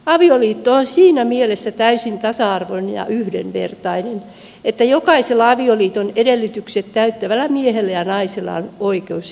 avioliitto on siinä mielessä täysin tasa arvoinen ja yhdenvertainen että jokaisella avioliiton edellytykset täyttävällä miehellä ja naisella on oikeus se solmia